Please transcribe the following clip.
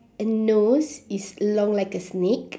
a nose is long like a snake